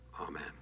Amen